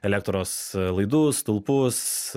elektros laidus stulpus